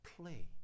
play